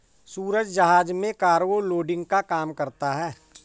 सूरज जहाज में cargo loading का काम करता है